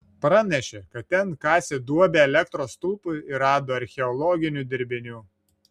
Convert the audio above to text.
pranešė kad ten kasė duobę elektros stulpui ir rado archeologinių dirbinių